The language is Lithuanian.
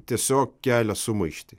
tiesiog kelia sumaištį